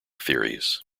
theories